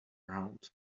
round